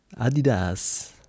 Adidas